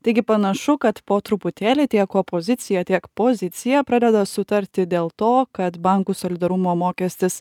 taigi panašu kad po truputėlį tiek opozicija tiek pozicija pradeda sutarti dėl to kad bankų solidarumo mokestis